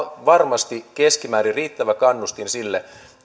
varmasti keskimäärin riittävä kannustin sille